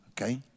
Okay